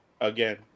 again